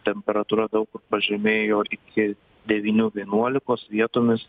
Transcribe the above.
temperatūra daug kur pažemėjo iki devynių vienuolikos vietomis